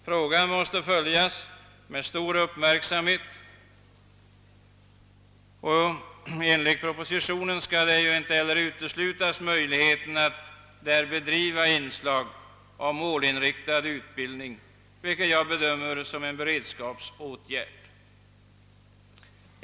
Frågan må följas med stor uppmärksamhet, och enligt propositionen skall inte heller möjligheten uteslutas att vid folkhögskolorna bedriva även målinriktade studier, vilket jag bedömer som en beredskapsåtgärd.